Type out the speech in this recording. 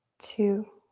two,